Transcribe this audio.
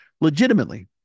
legitimately